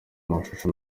amashusho